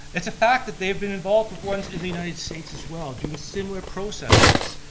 it's a fact that they've been involved with ones in the united states as well, doing similar processes.